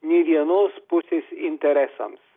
nei vienos pusės interesams